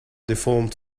deformed